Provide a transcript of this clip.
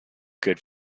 good